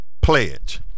pledge